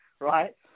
right